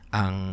ang